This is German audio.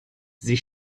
sie